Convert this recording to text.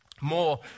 more